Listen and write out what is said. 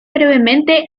brevemente